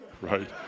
right